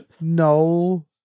no